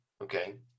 okay